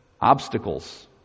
obstacles